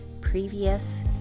previous